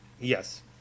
Yes